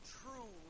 true